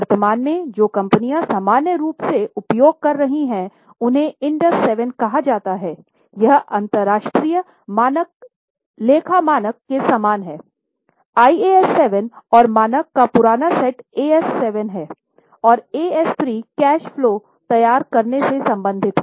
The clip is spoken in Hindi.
वर्तमान में जो कंपनियां सामान्य रूप से उपयोग कर रही हैं उन्हें इंडस 7 कहा जाता है यह अंतर्राष्ट्रीय लेखा मानक के समान है IAS 7 और मानक का पुराना सेट AS 7 है I और एएस 3 कैश फलो तैयार करने से संबंधित है